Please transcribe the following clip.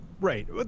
Right